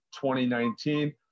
2019